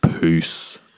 peace